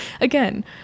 again